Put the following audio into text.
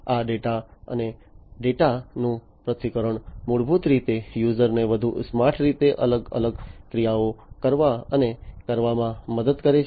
આ ડેટા અને ડેટાનું પૃથ્થકરણ મૂળભૂત રીતે યુઝર્સને વધુ સ્માર્ટ રીતે અલગ અલગ ક્રિયાઓ કરવા અને કરવામાં મદદ કરે છે